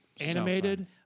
Animated